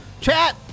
chat